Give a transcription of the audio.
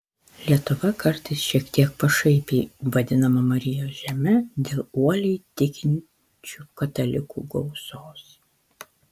lietuva kartais šiek tiek pašaipiai vadinama marijos žeme dėl uoliai tikinčių katalikų gausos